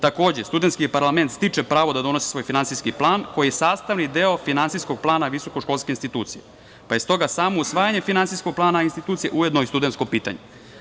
Takođe, studentski parlament stiče pravo da donosi svoj finansijski plan, koji je sastavni deo finansijskog plana visokoškolske institucije, pa je stoga samo usvajanje finansijskog plana institucije ujedno i studentsko pitanje.